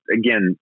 again